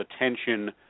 attention